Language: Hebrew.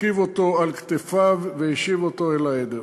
הרכיב אותו על כתפיו והשיב אותו אל העדר.